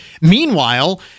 Meanwhile